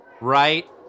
right